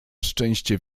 szczęście